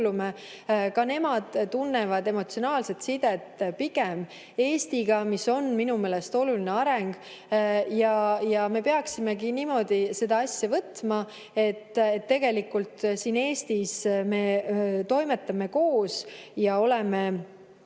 Ka nemad tunnevad emotsionaalset sidet pigem Eestiga. See on minu meelest oluline areng. Ja me peaksimegi niimoodi seda asja võtma, et tegelikult siin Eestis me toimetame koos ja oleme